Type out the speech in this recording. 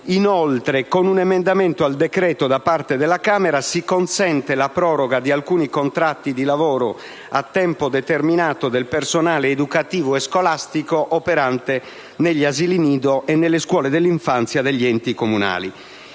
Inoltre, con un emendamento al decreto presentato alla Camera dei deputati, si consente la proroga di alcuni contratti di lavoro a tempo determinato del personale educativo e scolastico operante negli asili nido e nelle scuole dell'infanzia degli enti comunali.